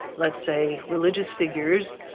let's say religious figures,